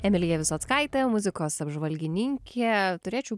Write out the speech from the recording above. emilija visockaitė muzikos apžvalgininkė turėčiau